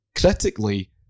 critically